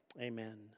Amen